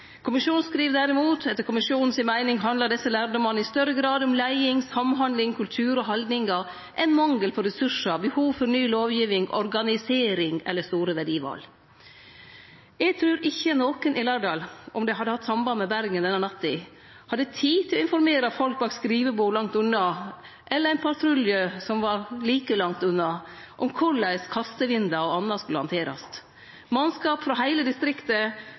Kommisjonen skriv derimot: «Etter kommisjonens mening handler disse lærdommene i større grad om ledelse, samhandling, kultur og holdninger – enn mangel på ressurser, behov for ny lovgivning, organisering eller store verdivalg.» Eg trur ikkje nokon i Lærdal – om dei hadde hatt samband med Bergen denne natta – hadde tid til å informere folk bak skrivebord langt unna, eller ein patrulje som var like langt unna, om korleis kastevindar og anna skulle handterast. Mannskap frå heile distriktet